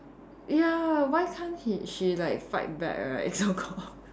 ya why can't he she like fight back right so called